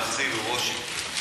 אז אולי לחזור,